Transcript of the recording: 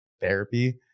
therapy